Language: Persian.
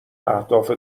اهداف